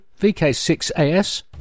VK6AS